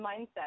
mindset